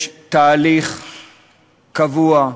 יש תהליך קבוע,